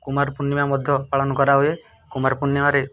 କୁମାରପୂର୍ଣ୍ଣିମା ମଧ୍ୟ ପାଳନ କରାହୁଏ କୁମାରପୂର୍ଣ୍ଣିମାରେ